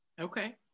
okay